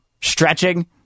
stretching